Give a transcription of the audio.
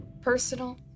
personal